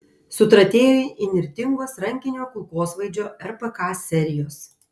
sutratėjo įnirtingos rankinio kulkosvaidžio rpk serijos